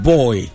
Boy